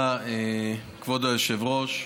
תודה, כבוד היושב-ראש.